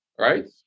right